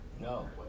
No